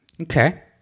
Okay